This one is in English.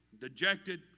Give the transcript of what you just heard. dejected